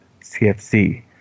CFC